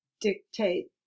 dictate